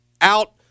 Out